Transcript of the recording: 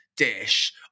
dish